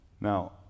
Now